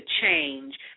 change